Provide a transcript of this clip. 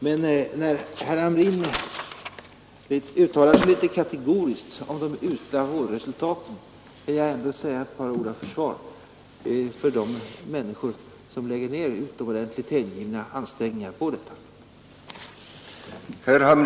Men eftersom herr Hamrin uttalade sig litet kategoriskt om de usla vårdresultaten har jag velat säga några ord till försvar för de människor som lägger ned ett så utomordentligt hängivet arbete på denna vård.